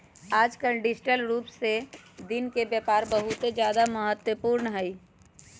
आजकल डिजिटल रूप से दिन के व्यापार बहुत ज्यादा महत्वपूर्ण हई